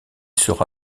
sera